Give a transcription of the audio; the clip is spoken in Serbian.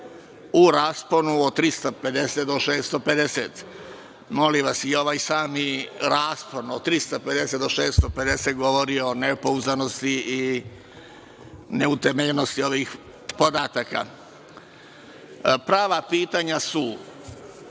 u rasponu od 350 do 650. I ovaj sam raspon od 350 do 650 govori o nepouzdanosti i neutemeljenosti ovih podataka. Prava pitanja su